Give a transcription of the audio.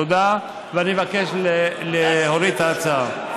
תודה, ואני מבקש להוריד את ההצעה.